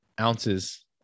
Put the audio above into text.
ounces